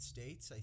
States